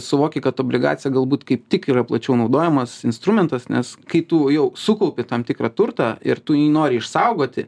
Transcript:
suvoki kad obligacija galbūt kaip tik yra plačiau naudojamas instrumentas nes kai tu jau sukaupi tam tikrą turtą ir tu jį nori išsaugoti